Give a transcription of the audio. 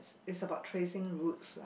is about tracing roots